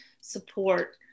support